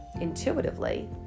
intuitively